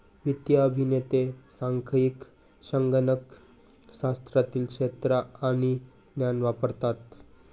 वित्तीय अभियंते सांख्यिकी, संगणक शास्त्रातील तंत्रे आणि ज्ञान वापरतात